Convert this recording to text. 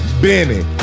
Benny